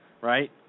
right